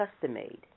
custom-made